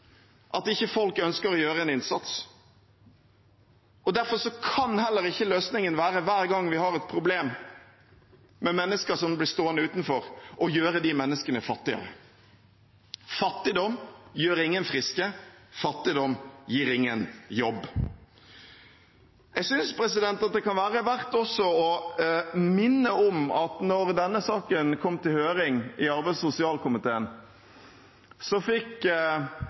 at ikke folk ønsker å gjøre en innsats. Derfor kan heller ikke løsningen, hver gang vi har et problem med mennesker som blir stående utenfor, være å gjøre de menneskene fattige. Fattigdom gjør ingen friske, fattigdom gir ingen jobb. Jeg synes det også kan være verdt å minne om at da denne saken kom til høring i arbeids- og sosialkomiteen, fikk